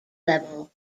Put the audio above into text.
level